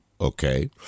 Okay